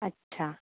अच्छा